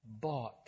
bought